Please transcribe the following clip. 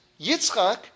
Yitzchak